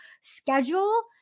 schedule